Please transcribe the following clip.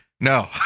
no